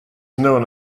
known